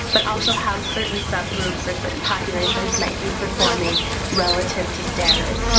but also how certain subgroups or certain populations might be performing relative to standards.